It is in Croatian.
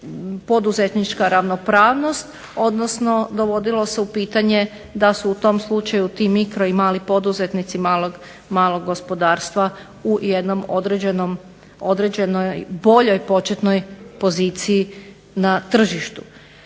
poduzetnička ravnopravnost, odnosno dovodilo se u pitanje da su u tom slučaju ti mikro i mali poduzetnici malog gospodarstva u jednom određenoj boljoj početnoj poziciji na tržištu.